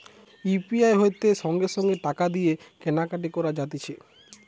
UPI হইতে সঙ্গে সঙ্গে টাকা দিয়ে কেনা কাটি করা যাতিছে